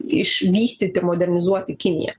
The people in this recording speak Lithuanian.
išvystyti modernizuoti kiniją